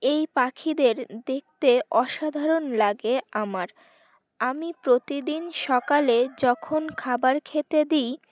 এই পাখিদের দেখতে অসাধারণ লাগে আমার আমি প্রতিদিন সকালে যখন খাবার খেতে দিই